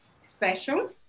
special